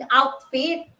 outfit